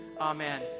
amen